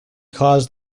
cause